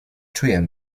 czuję